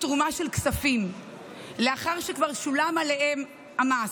תרומה של כספים לאחר שכבר שולם עליהם המס.